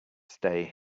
stay